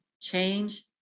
change